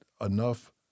enough